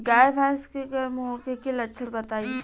गाय भैंस के गर्म होखे के लक्षण बताई?